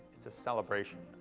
it's a celebration.